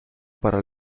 para